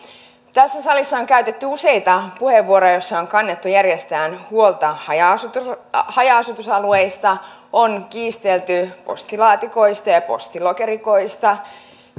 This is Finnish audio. tässä salissa on käytetty useita puheenvuoroja joissa on kannettu järjestään huolta haja asutusalueista on kiistelty postilaatikoista ja postilokerikoista